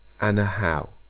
anna howe.